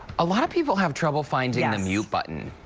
a lot of people have trouble finding the mute button.